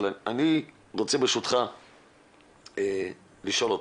אבל אני רוצה ברשותך לשאול אותך,